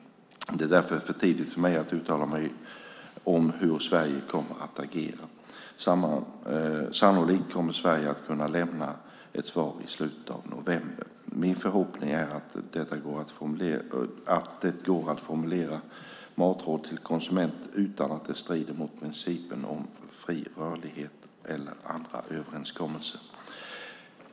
Det är därför för tidigt för mig att uttala mig om hur Sverige kommer att agera. Sannolikt kommer Sverige att kunna lämna ett svar i slutet av november. Min förhoppning är att det går att formulera matråd till konsument utan att det strider mot principen om fri rörlighet eller andra överenskommelser.